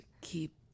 keep